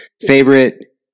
Favorite